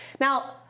Now